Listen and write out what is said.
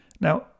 Now